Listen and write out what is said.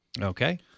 okay